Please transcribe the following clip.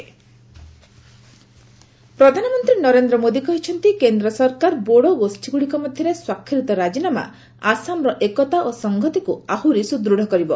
PM Modi Bodo ପ୍ରଧାନମନ୍ତ୍ରୀ ନରେନ୍ଦ୍ର ମୋଦୀ କହିଛନ୍ତି କେନ୍ଦ୍ର ସରକାର ବୋଡୋ ଗୋଷ୍ଠୀଗ୍ରଡ଼ିକ ମଧ୍ୟରେ ସ୍ୱାକ୍ଷରିତ ରାଜିନାମା ଆସାମର ଏକତା ଓ ସଂହତିକ୍ ଆହୁରି ସୁଦୃଢ଼ କରିବ